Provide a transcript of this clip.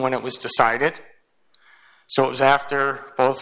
when it was decided so it was after both